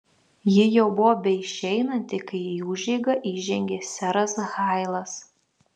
ji jau buvo beišeinanti kai į užeigą įžengė seras hailas